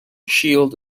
shield